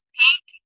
pink